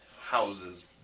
houses